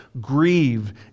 grieve